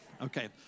Okay